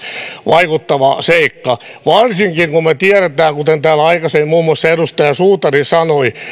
vaikuttava seikka varsinkin kun me tiedämme kuten täällä aikaisemmin muun muassa edustaja suutari sanoi